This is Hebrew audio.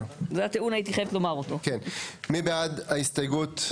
מי בעד ההסתייגות?